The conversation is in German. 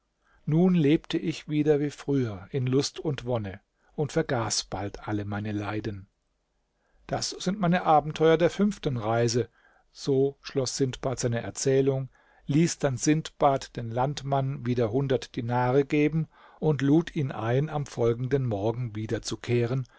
nun lebte ich wieder wie früher in lust und wonne und vergaß bald alle meine leiden das sind meine abenteuer der fünften reise so schloß sindbad seine erzählung ließ dann sindbad dem landmann wieder hundert dinare geben und lud ihn ein am folgenden morgen wiederzukehren